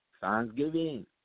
Thanksgiving